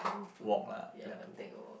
walk lah like to walk